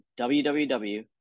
www